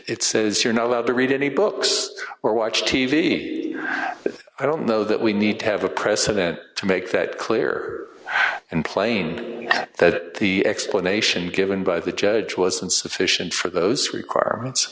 you're not allowed to read any books or watch t v i don't know that we need to have a president to make that clear and plain that the explanation given by the judge was insufficient for those requirements